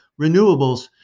renewables